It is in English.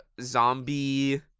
Zombie